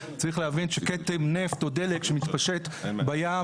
צריך להבין שכתם נפט או דלק שמתפשט בים,